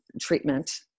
treatment